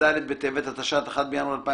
כ"ד בטבת התשע"ט (1 בינואר 2019)"